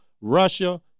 Russia